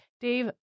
Dave